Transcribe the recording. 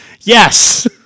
Yes